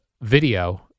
video